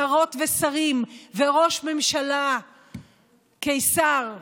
שרות ושרים, וראש ממשלה קיסר נתניהו?